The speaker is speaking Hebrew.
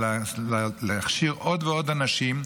להכשיר עוד ועוד אנשים,